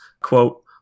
quote